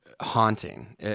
Haunting